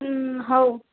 ହୁଁ ହଉ